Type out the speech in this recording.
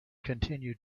continued